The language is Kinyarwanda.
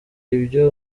ibyo